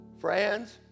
Friends